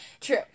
True